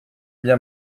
bien